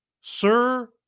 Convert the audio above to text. Sir